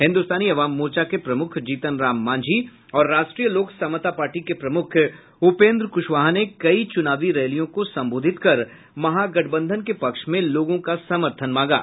हिन्दुस्तानी अवाम मोर्चा के प्रमुख जीतनराम मांझी और राष्ट्रीय लोक समता पार्टी के प्रमुख उपेन्द्र कुशवाहा ने कई चुनावी रैलियों को संबोधित कर महागठबंधन के पक्ष में लोगों का समर्थन मांगा